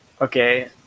Okay